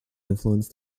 influence